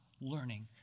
learning